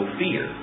fear